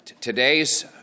Today's